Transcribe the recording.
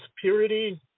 purity